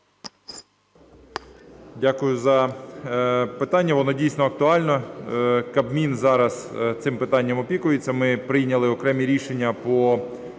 Дякую за питання, воно дійсно актуальне. Кабмін зараз цим питанням опікується. Ми прийняли окремі рішення по